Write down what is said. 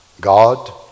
God